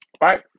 right